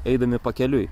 eidami pakeliui